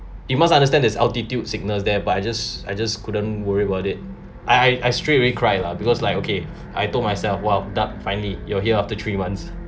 you must understand its altitude signals there but I just I just couldn't worry about it I I I straight away cry lah because like okay I told myself !wow! duck finally you're here after three months